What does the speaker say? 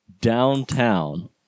downtown